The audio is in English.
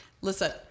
Listen